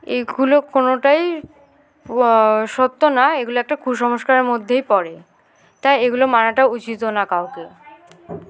এগুলো কোনোটাই সত্য না এগুলো একটা কুসংস্কারের মধ্যেই পড়ে তাই এগুলো মানাটা উচিতও না কাউকে